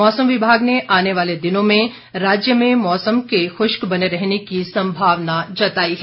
मौसम विभाग ने आने वाले दिनों में राज्य में मौसम के खुश्क बने रहने की संभावना जताई है